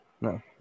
No